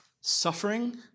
Suffering